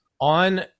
on